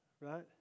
right